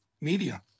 Media